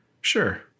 Sure